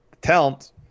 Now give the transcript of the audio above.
talent